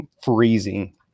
freezing